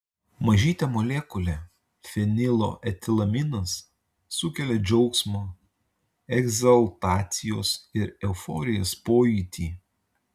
mažytė molekulė fenilo etilaminas sukelia džiaugsmo egzaltacijos ir euforijos pojūtį